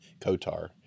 kotar